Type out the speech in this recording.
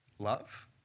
Love